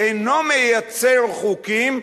אינו מייצר חוקים,